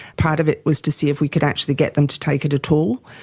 part of it was to see if we could actually get them to take it at all.